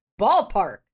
ballpark